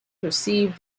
perceived